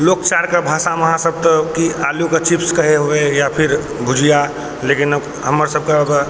लोक चालके भाषा मे तऽ अहाँसभ तऽ कि आलू के चिप्स कहै होबै या फिर भुजिया लेकिन हमर सभक